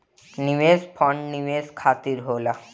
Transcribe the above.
निवेश फंड निवेश खातिर होला